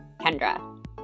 Kendra